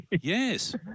Yes